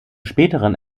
späteren